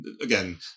again